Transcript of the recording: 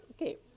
okay